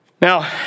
Now